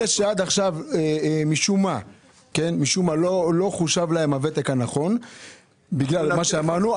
אלה שעד עכשיו משום מה לא חושב להם הוותק הנכון בכלל מה שאמרנו.